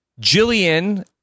Jillian